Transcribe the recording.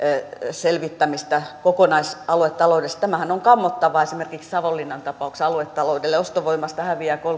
selvittämistä kokonaisaluetaloudellisesti tämähän on kammottavaa esimerkiksi savonlinnan tapauksessa aluetaloudelle ostovoimasta häviää kolmekymmentä